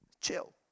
chill